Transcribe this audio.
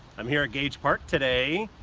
i'm here at gage park. today.